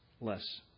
less